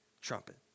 trumpet